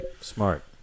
Smart